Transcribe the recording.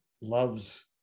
loves